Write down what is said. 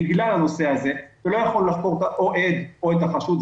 בגלל שלא יכולנו לחקור את העד או את החשוד,